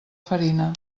farina